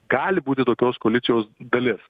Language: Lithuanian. gali būti tokios koalicijos dalis